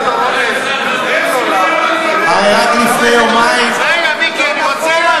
מיקי, תעזור לי להבין, כי אני רוצה להבין.